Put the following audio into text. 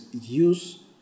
use